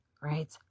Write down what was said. right